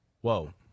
whoa